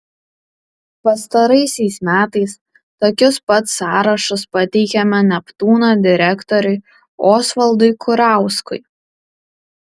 pastaraisiais metais tokius pat sąrašus pateikiame neptūno direktoriui osvaldui kurauskui